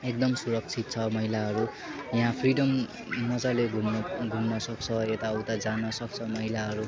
एकदम सुरक्षित छ महिलाहरू यहाँ फ्रिडम मजाले घुम्न घुम्न सक्छ यताउता जान सक्छ महिलाहरू